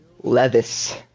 Levis